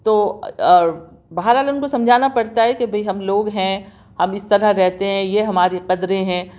تو بہرحال ان کو سمجھانا پڑتا ہے کہ بھائی ہم لوگ ہیں ہم اس طرح رہتے ہیں یہ ہماری قدریں ہیں